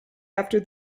after